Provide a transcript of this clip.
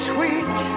Sweet